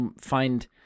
find